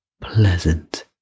pleasant